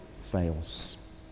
fails